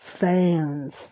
fans